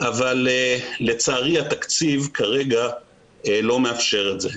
אבל לצערי התקציב כרגע לא מאפשר את זה.